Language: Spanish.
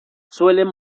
suelen